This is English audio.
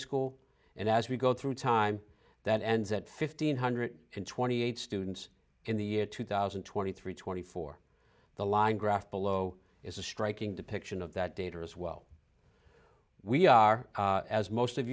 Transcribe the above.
school and as we go through time that ends at fifteen hundred twenty eight students in the year two thousand and twenty three twenty four the line graph below is a striking depiction of that data as well we are as most of